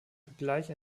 vergleich